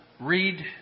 read